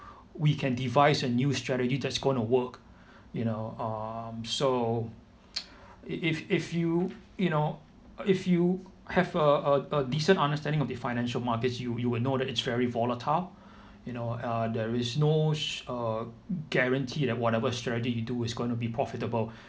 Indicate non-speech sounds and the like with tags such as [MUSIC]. we can devise a new strategy that's going to work you know um so [NOISE] if if you you know if you have a a a decent understanding of the financial markets you you will know that it's very volatile you know uh there is no s~ uh guarantee that whatever strategy you do is gonna be profitable